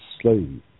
slave